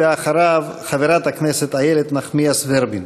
אחריו, חברת הכנסת איילת נחמיאס ורבין.